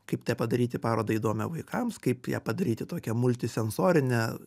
kaip tą padaryti parodą įdomią vaikams kaip ją padaryti tokią multisensorinę